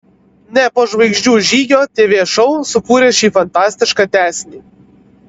ne po žvaigždžių žygio tv šou sukūrė šį fanatišką tęsinį